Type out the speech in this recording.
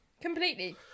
Completely